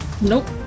Nope